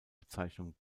bezeichnung